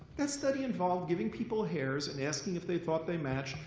that study involved giving people hairs and asking if they thought they match,